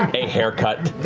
a haircut.